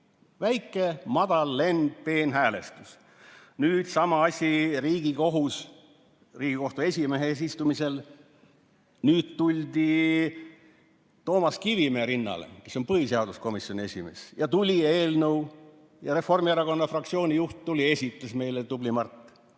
väike, madal lend, peenhäälestus. Nüüd sama asi: Riigikohus Riigikohtu esimehe eesistumisel. Nüüd tuldi Toomas Kivimäe rinnale, kes on põhiseaduskomisjoni esimees, ja tuli eelnõu ja Reformierakonna fraktsiooni juht tuli, esitles meile, tubli Mart.